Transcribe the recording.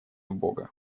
бога